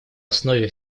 основе